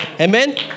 amen